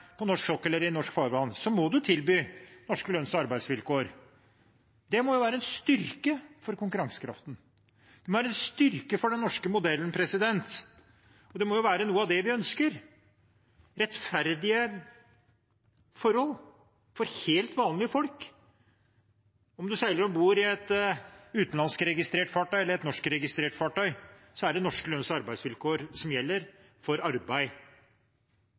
på norsk sokkel eller i norsk farvann, må man tilby norske lønns- og arbeidsvilkår. Det må jo være en styrke for konkurransekraften, det må være en styrke for den norske modellen, og det må være noe av det vi ønsker: rettferdige forhold for helt vanlige folk. Om man seiler om bord i et utenlandskregistrert fartøy eller et norskregistrert fartøy, er det norske lønns- og arbeidsvilkår som gjelder for arbeid